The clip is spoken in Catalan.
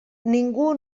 ningú